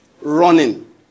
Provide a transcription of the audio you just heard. Running